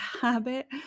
habit